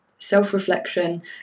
self-reflection